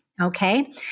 Okay